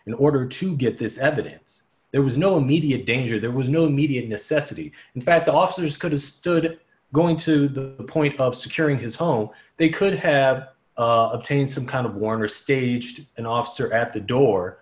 in order to get this evidence there was no immediate danger there was no immediate necessity in fact the officers could have stood going to the point of securing his home they could have obtained some kind of worn or staged an officer at the